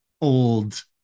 old